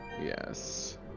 yes